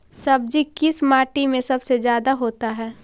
सब्जी किस माटी में सबसे ज्यादा होता है?